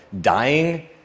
dying